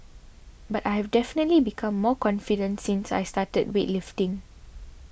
but I have definitely become more confident since I started weightlifting